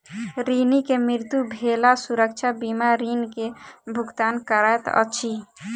ऋणी के मृत्यु भेला सुरक्षा बीमा ऋण के भुगतान करैत अछि